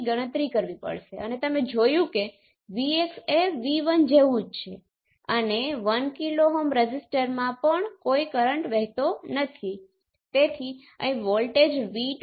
તમારી પાસે બે અલગ અલગ સર્કિટ બે અલગ રેઝિસ્ટન્સ એક પોર્ટ 1 સાથે જોડાયેલ અને એક પોર્ટ 2 સાથે જોડાયેલ હોઈ શકે છે